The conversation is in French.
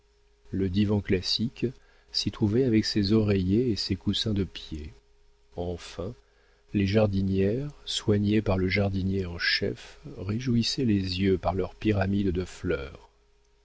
le divan classique s'y trouvait avec ses oreillers et ses coussins de pied enfin les jardinières soignées par le jardinier en chef réjouissaient les yeux par leurs pyramides de fleurs